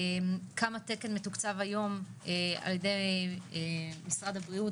כמה תקן מתוקצב היום ע"י משרד הבריאות